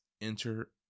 Enter